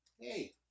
Hey